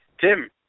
Tim